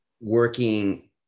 working